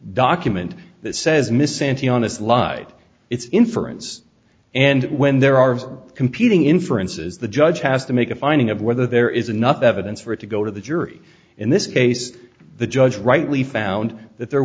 document that says miss santee on a slide it's inference and when there are competing inferences the judge has to make a finding of whether there is enough evidence for it to go to the jury in this case the judge rightly found that there